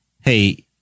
hey –